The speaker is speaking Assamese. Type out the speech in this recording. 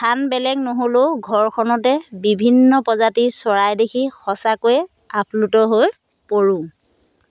স্থান বেলেগ নহ'লেও ঘৰখনতে বিভিন্ন প্ৰজাতিৰ চৰাই দেখি সঁচাকৈ আপ্লুত হৈ পৰোঁ